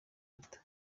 leta